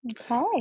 okay